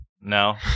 No